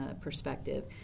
perspective